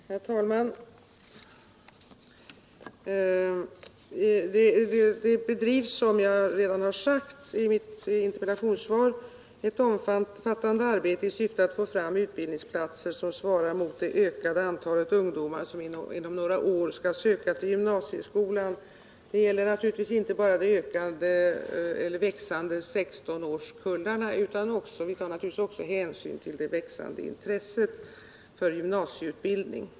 Herr talman! Det bedrivs, som jag redan sagt i mitt interpellationssvar, ett omfattande arbete i syfte att få fram utbildningsplatser som svarar mot det ökande antalet ungdomar som inom några år skall söka till gymnasieskolan. Men det gäller naturligtvis inte bara de växande 16-årskullarna, utan vi tar givetvis också hänsyn till det växande intresset för gymnasieutbildning.